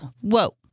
Whoa